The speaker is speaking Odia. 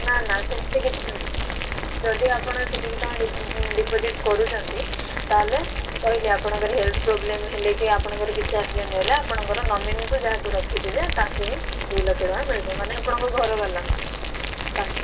ନା ନା ସେମତି କିଛି ମିଳିବନି ଯଦି ଆପଣ ସେତିକି ଟଙ୍କା ଡିପୋଜିଟ୍ କରୁଛନ୍ତି ତାହେଲେ କହିଲି ଆପଣଙ୍କର ହେଲ୍ଥ ପ୍ରୋବ୍ଲେମ ହେଲେ କି ଆପଣଙ୍କର କିଛି ଏକ୍ସିଡ଼େଣ୍ଟ ହେଲା ଆପଣଙ୍କର ନୋମିନୀକୁ ଯାହାକୁ ରଖିଥିବେ ତାଙ୍କୁ ହିଁ ଦୁଇ ଲକ୍ଷ ଟଙ୍କା ମିଳିବ ମାନେ ଆପଣଙ୍କ ଘରବାଲାଙ୍କୁ